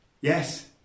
Yes